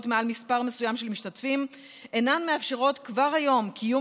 מעל מספר מסוים של משתתפים אינן מאפשרות כבר היום קיום